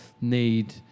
need